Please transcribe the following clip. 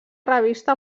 revista